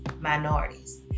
minorities